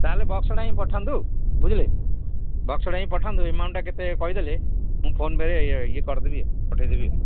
ତା'ହେଲେ ବକ୍ସଟା ହିଁ ପଠାନ୍ତୁ ବୁଝିଲେ ବକ୍ସଟା ହିଁ ପଠାନ୍ତୁ ଏମାଉଣ୍ଟଟା କେତେ କହିଦେଲେ ମୁଁ ଫୋନ୍ ପେ'ରେ ଇଏ କରିଦେବି ପଠେଇଦେବି ଆଉ